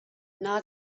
not